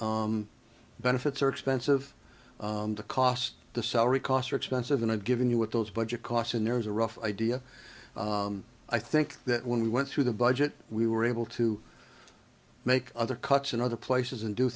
benefits are expensive the cost the salary costs are expensive and i've given you what those budget costs and there was a rough idea i think that when we went through the budget we were able to make other cuts in other places and do